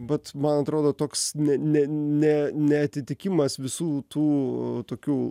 vat man atrodo toks ne ne ne neatitikimas visų tų tokių